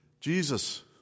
Jesus